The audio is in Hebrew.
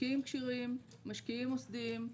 משקיעים כשירים, משקיעים מוסדיים,